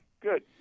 Good